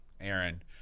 Aaron